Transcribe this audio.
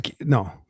no